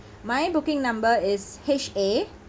my booking number is H A